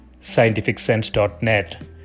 scientificsense.net